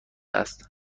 است